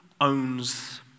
owns